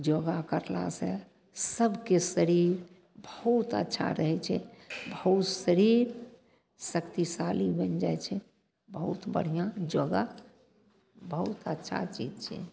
योगा करलासँ सबके शरीर बहुत अच्छा रहय छै बहुत शरीर शक्तिशाली बनि जाइ छै बहुत बढ़िआँ योगा बहुत अच्छा चीज छियै